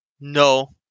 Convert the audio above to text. No